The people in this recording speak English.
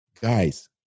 guys